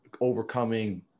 overcoming